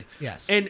Yes